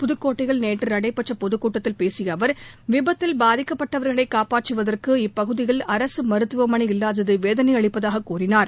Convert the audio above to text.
புதக்கோட்டையில் நேற்று நடைபெற்ற பொதுக்கூட்டத்தில் பேசிய அவா் விபத்தில் பாதிக்கப்பட்டவர்களை காப்பாற்றுவதற்கு இப்பகுதியில் அரசு மருத்துவமளை இல்லாதது வேதனை அளிப்பதாக கூறினார்